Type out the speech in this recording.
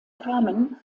kamen